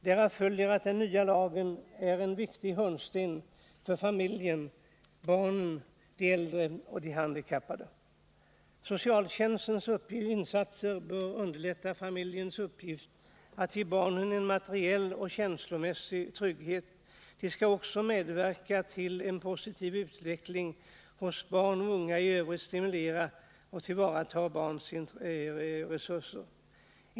Därav följer att den nya lagen är en viktig hörnsten för familjen, barnen, de äldre och de handikappade. Socialtjänstens insatser bör underlätta familjens uppgift att ge barnen en materiell och känslomässig trygghet. De skall också medverka till en positiv utveckling hos barn och unga och i övrigt stimulera och tillvarata barns resurser.